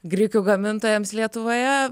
grikių gamintojams lietuvoje